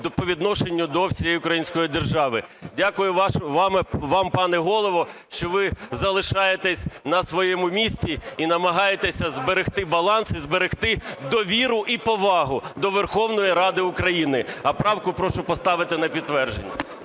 по відношенню до всієї української держави. Дякую вам, пане Голово, що ви залишаєтесь на своєму місці і намагаєтеся зберегти баланс і зберегти довіру і повагу до Верховної Ради України. А правку прошу поставити на підтвердження.